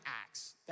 acts